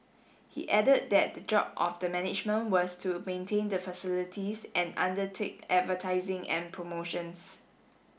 he added that the job of the management was to maintain the facilities and undertake advertising and promotions